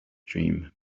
dream